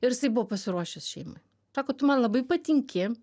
ir jisai buvo pasiruošęs šeimai ako tu man labai patinki